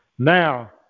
Now